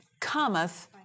cometh